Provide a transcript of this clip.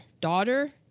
daughter